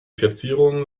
verzierungen